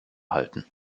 halten